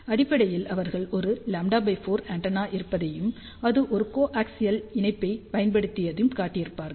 அடிப்படையில் அவர்கள் ஒரு λ4 ஆண்டெனா இருப்பதையும் அது ஒரு கோஆக்சியல் இணைப்பியைப் பயன்படுத்தியதையும் காட்டியிருப்பார்கள்